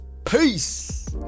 PEACE